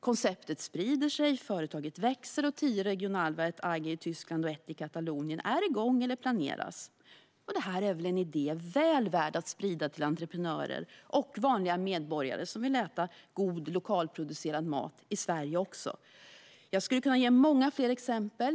Konceptet sprider sig, företaget växer och tio Regionalwert AG i Tyskland och ett i Katalonien är i gång eller planeras. Det här är väl en idé väl värd att sprida till entreprenörer och vanliga medborgare som vill äta god, lokalproducerad mat också i Sverige? Jag skulle kunna ge många fler exempel.